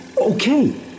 Okay